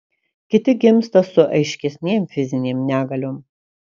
kiti gimsta su aiškesnėm fizinėm negaliom